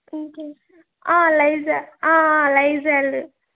లైజ Lizol